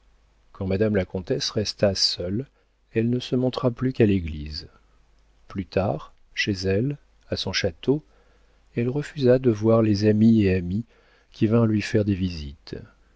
quand madame la comtesse resta seule elle ne se montra plus qu'à l'église plus tard chez elle à son château elle refusa de voir les amis et amies qui vinrent lui faire des visites